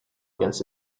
against